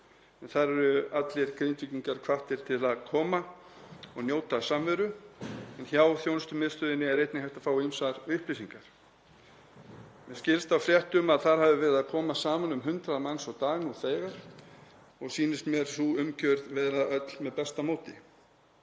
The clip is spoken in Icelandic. Þar eru allir Grindvíkingar hvattir til að koma og njóta samveru. Hjá þjónustumiðstöðinni er einnig hægt að fá ýmsar upplýsingar. Mér skilst á fréttum að þar hafi verið að koma saman um 100 manns á dag nú þegar og sýnist mér sú umgjörð öll með besta móti.